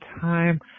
time